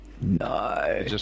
No